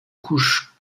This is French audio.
couches